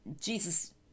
Jesus